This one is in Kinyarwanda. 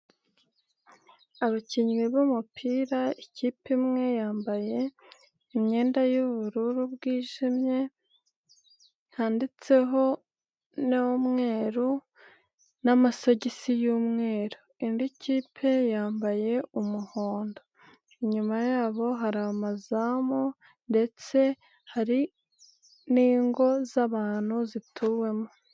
Abakinnyi b'umupira ikipe imwe yambaye imyenda y'ubururu bwijimye, handitseho n'umweru n'amasogisi y'umweru, indi kipe yambaye umuhondo, inyuma yabo hari amazamu ndetse hari n'ingo zabantu zituwemo.